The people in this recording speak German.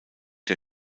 der